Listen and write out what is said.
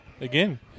again